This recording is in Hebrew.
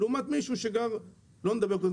לעומת מישהו שגר בדימונה,